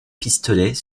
pistolet